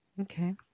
Okay